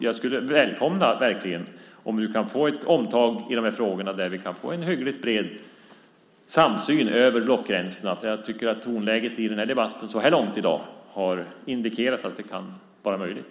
Jag skulle verkligen välkomna ett omtag i de här frågorna där vi kan få en hyggligt bred samsyn över blockgränserna. Jag tycker att tonläget i debatten så här långt i dag har indikerat att det kan vara möjligt.